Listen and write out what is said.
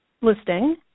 listing